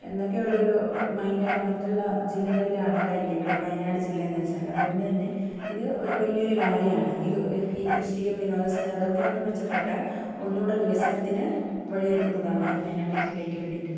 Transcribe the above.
എന്നൊക്കെയുള്ളൊരു മൈന്റാണ് മറ്റുളള ജില്ലകളിലെ ആൾക്കാർക്ക് ഇവിടെ വയനാട് ജില്ലയെന്ന് വെച്ചാൽ അതുകൊണ്ടുതന്നെ ഇത് ഒരു വലിയൊരു കാര്യമാണ് ഇത് ഈ കൃഷിയും വിനോദ സഞ്ചാരം അതൊക്കെ ഒന്ന് മെച്ചപ്പെട്ടാൽ ഒന്നൂടെ വികസനത്തിന് വഴിയൊരുക്കുന്നതാണ് ഈ വയനാട് ജില്ലക്ക് വേണ്ടീട്ട്